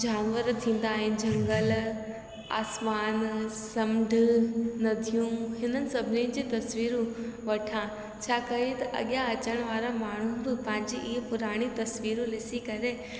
जानवर थींदा आहिनि झंगलु आसमान समुंडु नदियूं हिन सभिनी जी तस्वीरूं वठा छा करे त अॻियां अचण वारा माण्हू बि पंहिंजी इहा पुराणी तस्वीरूं ॾिसी करे